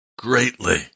Greatly